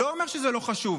אני לא אומר שזה לא חשוב,